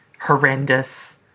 horrendous